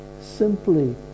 simply